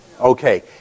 Okay